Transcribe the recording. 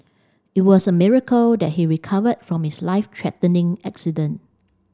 it was a miracle that he recovered from his life threatening accident